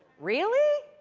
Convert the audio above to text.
really!